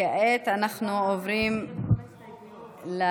כעת אנחנו עוברים להצבעה.